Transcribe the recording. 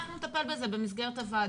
אנחנו נטפל בזה במסגרת הוועדה.